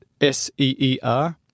S-E-E-R